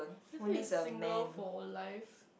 this one is single for life